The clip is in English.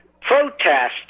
protest